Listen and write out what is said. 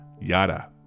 yada